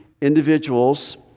individuals